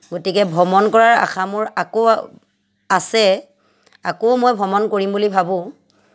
গতিকে ভ্ৰমণ কৰাৰ আশা মোৰ আকৌ আছে আকৌ মই ভ্ৰমণ কৰিম বুলি ভাবোঁ